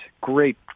Great